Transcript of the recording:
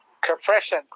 Compression